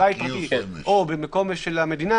------ בבית פרטי או במלונית של המדינה,